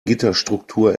gitterstruktur